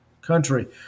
country